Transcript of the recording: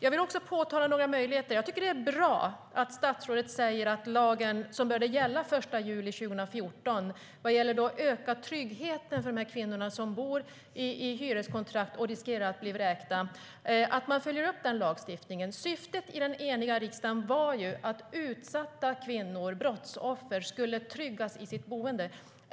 jag vill påtala några möjligheter. Det är bra att statsrådet säger att man följer upp lagen som började gälla den 1 juli 2014 och som syftar till att öka tryggheten för de kvinnor som bor i en hyreslägenhet och riskerar att bli vräkta. Syftet i den eniga riksdagen var ju att utsatta kvinnor, brottsoffer, skulle tryggas i sitt boende.